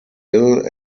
ill